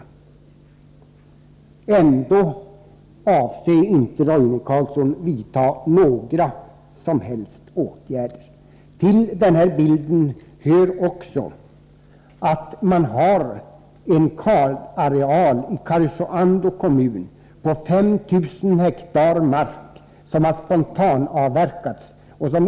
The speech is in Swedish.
Trots detta avser inte Roine Carlsson att vidta några som helst åtgärder. Till bilden hör också att det i Karesuando kommun finns en kalareal på 5 000 hektar mark som spontanavverkats.